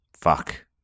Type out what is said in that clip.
fuck